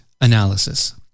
analysis